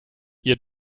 ihr